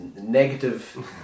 negative